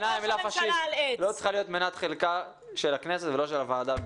בעיניי המילה פשיסט לא צריכה להיות מנת חלקה של הכנסת ולא של הוועדה.